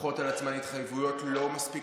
לוקחות על עצמן התחייבויות לא מספיק